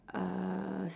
uh